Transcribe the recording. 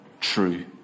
true